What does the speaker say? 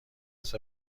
است